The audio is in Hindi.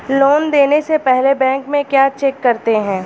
लोन देने से पहले बैंक में क्या चेक करते हैं?